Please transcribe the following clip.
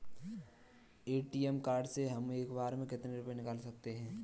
ATM card से हम एक बार में कितने रुपये निकाल सकते हैं?